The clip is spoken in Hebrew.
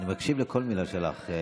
אני מקשיב לכל מילה שלך.